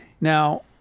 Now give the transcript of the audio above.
now